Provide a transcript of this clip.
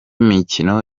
mikino